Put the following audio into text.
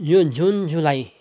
यो जुन जुलाई